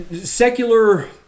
secular